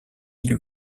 lux